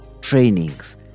trainings